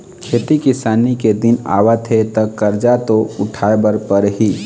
खेती किसानी के दिन आवत हे त करजा तो उठाए बर परही